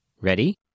Ready